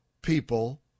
people